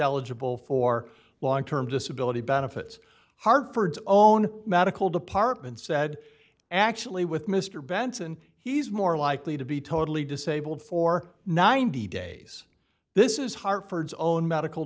eligible for long term disability benefits hartford's own medical department said actually with mr benson he's more likely to be totally disabled for ninety days this is hartford's own medical